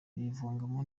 ayiyumvamo